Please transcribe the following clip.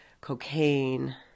cocaine